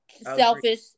selfish